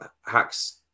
Hacks